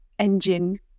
engine